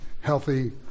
healthy